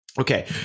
Okay